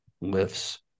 lifts